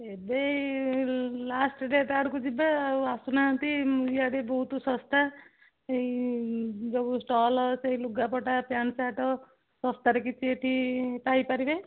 ଏବେ ଏଇ last date ଆଡ଼କୁ ଯିବେ ଆଉ ଆସୁନାହାନ୍ତି ଇଆଡ଼େ ବହୁତ ଶସ୍ତା ଏଇ ଯୋଉ ଷ୍ଟଲ୍ ସେଇ ଲୁଗାପଟା ପ୍ୟାଣ୍ଟ୍ ସାର୍ଟ୍ ଶସ୍ତାରେ କିଛି ଏଠି ପାଇପାରିବେ